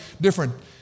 different